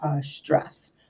stress